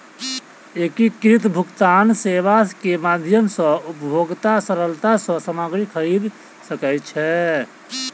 एकीकृत भुगतान सेवा के माध्यम सॅ उपभोगता सरलता सॅ सामग्री खरीद सकै छै